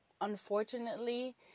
unfortunately